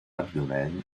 abdomen